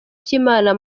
cy’imana